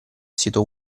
sito